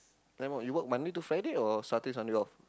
then what you work Monday to Friday or Saturdays Sunday off